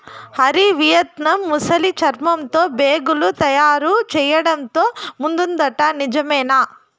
Hari, Vietnam ముసలి చర్మంతో బేగులు తయారు చేయడంతో ముందుందట నిజమేనా